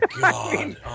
God